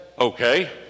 Okay